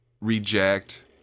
reject